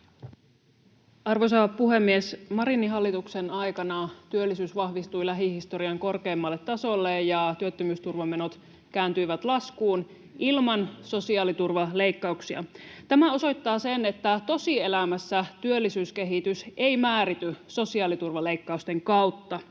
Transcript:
Arvoisa puhemies! Marinin hallituksen aikana työllisyys vahvistui lähihistorian korkeimmalle tasolle ja työttömyysturvamenot kääntyivät laskuun ilman sosiaaliturvaleikkauksia. Tämä osoittaa sen, että tosielämässä työllisyyskehitys ei määrity sosiaaliturvaleikkausten kautta.